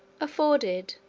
afforded,